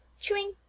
chewing